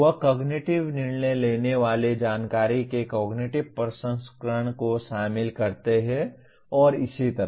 वे cognitive निर्णय लेने वाली जानकारी के कॉग्निटिव प्रसंस्करण को शामिल करते हैं और इसी तरह